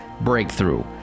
breakthrough